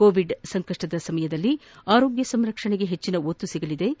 Covid ಸಮಯದಲ್ಲಿ ಆರೋಗ್ಯ ಸಂರಕ್ಷಣೆಗೆ ಹೆಚ್ಚಿನ ಒತ್ತು ಸಿಗಲಿದ್ದು